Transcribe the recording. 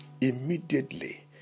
immediately